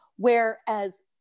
Whereas